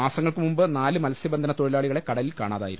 മാസങ്ങൾക്ക് മുമ്പ് നാല് മത്സ്യബ ന്ധന തൊഴിലാളികളെ കടലിൽ കാണാതായിരുന്നു